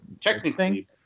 Technically